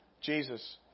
Jesus